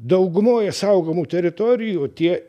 daugumoje saugomų teritorijų tie